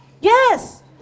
Yes